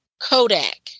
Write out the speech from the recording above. Kodak